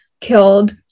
killed